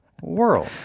world